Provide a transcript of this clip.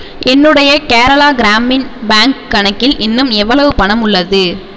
என்னுடைய கேரளா கிராமின் பேங்க் கணக்கில் இன்னும் எவ்வளவு பணம் உள்ளது